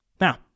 Now